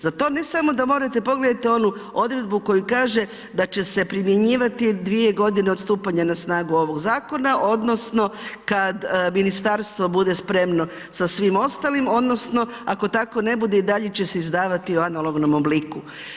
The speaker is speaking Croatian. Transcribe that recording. Za to ne samo da morate, pogledajte onu odredbu, koja kaže da će se primjenjivati 2 godine od stupanja na snagu ovog zakona, odnosno, kada Ministarstvo bude spremno sa svim ostalim, odnosno, ako tako ne bude i dalje će se izdavati u analognom obliku.